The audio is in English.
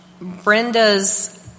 Brenda's